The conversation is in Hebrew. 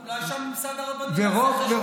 אולי שהממסד הרבני יעשה חשבון נפש, למה